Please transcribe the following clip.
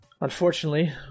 Unfortunately